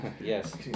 Yes